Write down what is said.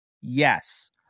Yes